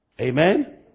Amen